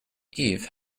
eve